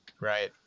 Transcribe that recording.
right